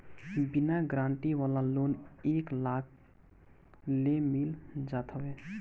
बिना गारंटी वाला लोन एक लाख ले मिल जात हवे